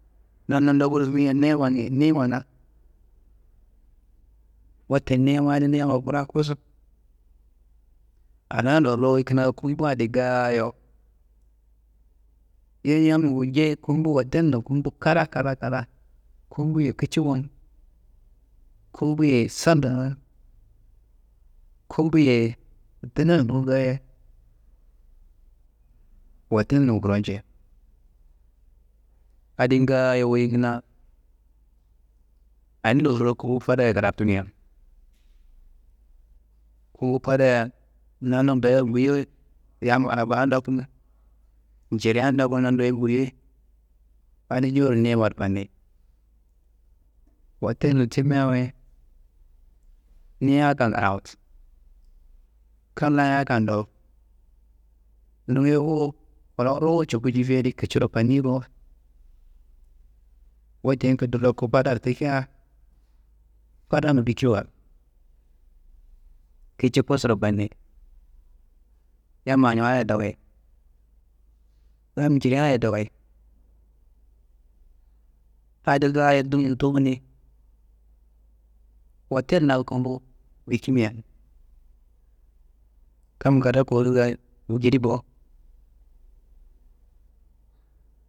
Na nando kudo buyoian ni- ye niyima na. Wote ni yamma ni yamma kina kossu, ana lorro wuyi kina kumba adi ngaayo, yeyi yammiyi gulcei kumbu hottelon kumbu karra kara kara, kumbu ye kicingun kumbu ye sandungun, kumbu ye dinangun ngaaye, hottellun kuro njei. Adi ngaayo wuyi kina, ayi lorro kumbu fadaya kiraku nia, kumbu fadaya nannum dayo buyoi yam abbaa ndoku, njirea ndoku nanno buyoi, adi joworo niyimaro faniyi, hottelo timia wayi niyi akan karamu, kam laye akando nduye ngungu kolowunguro cuku jifia adi kiciro faniyi bo. Wote ekiddo loku fadaro tikia, fadan bikiwa kici kosuro fanni, yam anumma dowuyi yam njirea dowuyi, adi ngaaye dunum tumu ni hottellan kumbu bikimia kam kadda kowurnga njidi bowo.